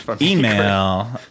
email